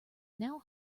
now